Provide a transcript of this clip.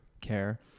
care